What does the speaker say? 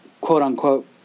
quote-unquote